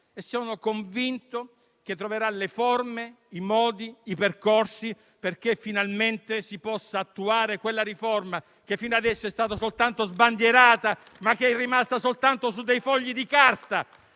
sono convinto che troverà le forme, i modi e i percorsi perché finalmente si possa attuare quella riforma che fino ad ora è stata sbandierata, ma è rimasta soltanto su fogli di carta